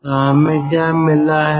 तो हमें क्या मिला है